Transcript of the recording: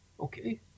Okay